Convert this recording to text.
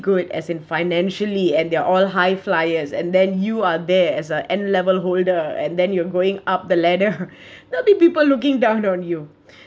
good as in financially and they're all high flyers and then you are there as a n level holder and then you're going up the ladder there'll be people looking down on you